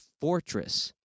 fortress